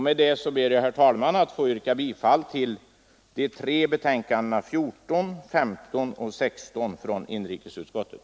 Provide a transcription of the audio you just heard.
Med detta ber jag, herr talman, att få yrka bifall till utskottets hemställan i de tre betänkandena 14, 15 och 16 från inrikesutskottet.